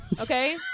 Okay